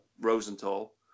Rosenthal